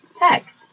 Heck